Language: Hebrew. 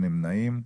אין נמנעים.